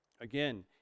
again